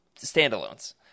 standalones